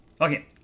Okay